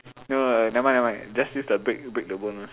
no no never mind never mind just use the break break the bone [one]